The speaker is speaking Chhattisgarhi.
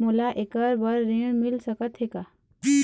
मोला ऐकर बर ऋण मिल सकत हे का?